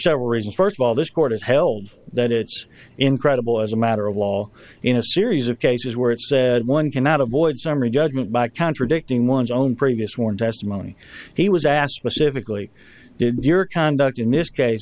several reasons first of all this court has held that it's incredible as a matter of law in a series of cases where it said one cannot avoid summary judgment by contradicting one's own previous one testimony he was asked specifically did your conduct in this case